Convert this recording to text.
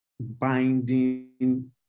binding